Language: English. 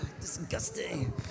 Disgusting